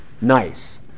nice